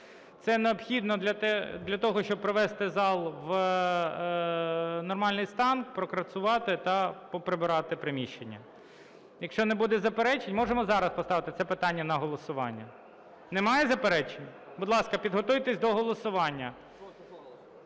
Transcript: Це необхідно для того, щоб привести зал в нормальний стан, прокварцувати та поприбирати приміщення. Якщо не буде заперечень, можемо зараз поставити це питання на голосування. Немає заперечень? Будь ласка, підготуйтесь до голосування: